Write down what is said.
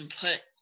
put